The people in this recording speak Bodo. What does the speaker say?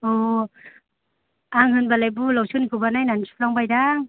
अ' आं होनबालाय बुहुलाव सोरनिखौबा नायनानै सुफ्लांबाय दां